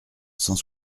cent